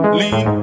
lean